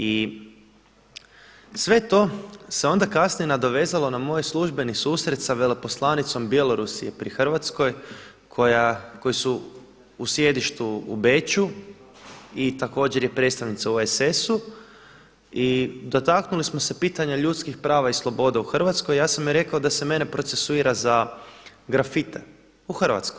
I sve to se onda kasnije nadovezalo na moj službeni susret sa veleposlanicom Bjelorusije pri Hrvatskoj u sjedištu u Beču i također je predstavnica u OESS-u i dotaknuli smo se pitanja ljudskih prava i slobode u Hrvatskoj, ja sam rekao da se mene procesuira za grafite u Hrvatskoj.